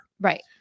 Right